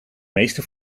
meeste